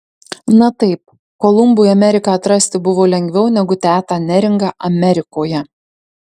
na taip kolumbui ameriką atrasti buvo lengviau negu tetą neringą amerikoje